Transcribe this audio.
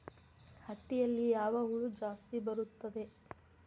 ಹತ್ತಿಯಲ್ಲಿ ಯಾವ ಹುಳ ಜಾಸ್ತಿ ಬರುತ್ತದೆ?